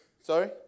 Sorry